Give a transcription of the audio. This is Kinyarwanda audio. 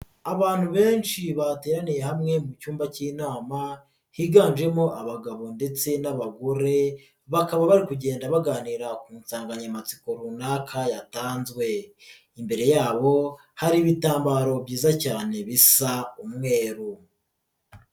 Abantu benshi bateraniye hamwe mu cyumba cy'inama higanjemo abagabo ndetse n'abagore bakaba bari kugenda baganira ku nsanganyamatsiko runaka yatanzwe, imbere yabo hari ibitambaro byiza cyane bisa umweru.